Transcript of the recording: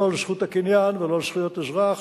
לא על זכות הקניין ולא על זכויות אזרח,